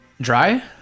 Dry